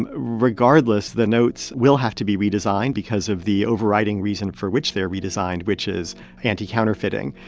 and regardless, the notes will have to be redesigned because of the overriding reason for which they're redesigned, which is anti-counterfeiting.